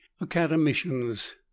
academicians